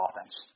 offense